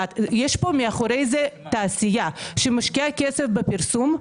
יש פה מאחורי זה תעשייה שמשקיעה כסף בפרסום,